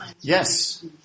Yes